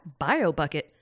BioBucket